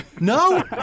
no